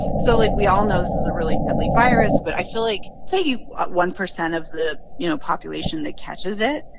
so, like, we all know this is a really deadly virus, but i feel like say one percent of the, you know, population that catches it,